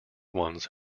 ones